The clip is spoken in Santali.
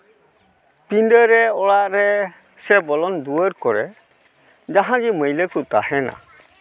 ᱯᱤᱸᱰᱟᱹ ᱨᱮ ᱚᱲᱟᱜ ᱨᱮ ᱥᱮ ᱵᱚᱞᱚᱱ ᱫᱩᱣᱟᱹᱨ ᱠᱚᱨᱮ ᱡᱟᱦᱟᱸ ᱜᱮ ᱢᱟᱹᱭᱞᱟᱹ ᱠᱚ ᱛᱟᱦᱮᱱᱟ